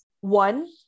one